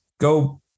go